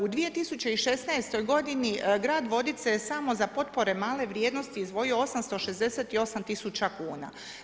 U 2016. godini grad Vodice je samo za potpore male vrijednosti izdvojio 868 000 kuna.